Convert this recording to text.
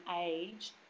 age